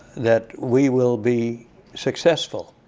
that we will be successful.